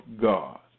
God